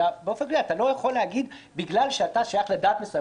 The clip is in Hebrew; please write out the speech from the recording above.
אלא באופן כללי אי-אפשר להגיד שבגלל שאדם שייך לדת מסוימת,